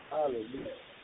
Hallelujah